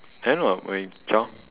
I know ah child